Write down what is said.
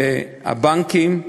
זה הבנקים,